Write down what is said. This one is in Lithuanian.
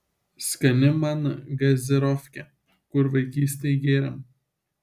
skani man gazirofkė kur vaikystėj gėrėm